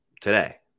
today